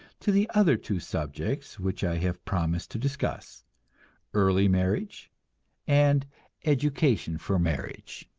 to the other two subjects which i have promised to discuss early marriage and education for marriage.